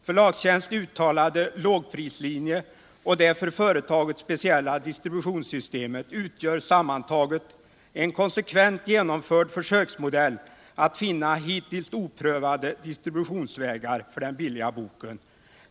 Förlagstjänsts uttalade lågprislinje och det för företaget speciella distributionssystemet utgör sammantaget en konsekvent genomförd försöksmodell att finna hittills oprövade distributionsvägar för den billiga boken.